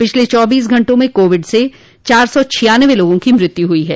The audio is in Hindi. पिछले चौबीस घंटों मे कोविड से चार सौ छियानवे लोगों की मृत्यु हुई है